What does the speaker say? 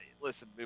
listen